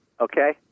Okay